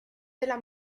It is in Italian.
della